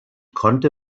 konnte